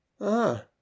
Ah